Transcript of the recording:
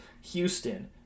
Houston